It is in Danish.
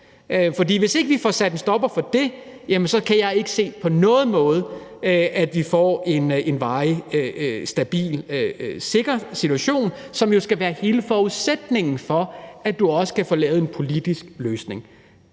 hvis ikke vi får sat en stopper for det, kan jeg ikke på nogen måde se, at vi får en situation med en varig stabilitet og sikkerhed, som jo skal være hele forudsætningen for, at du også kan få lavet en politisk løsning.